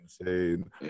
insane